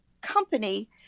company